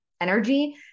energy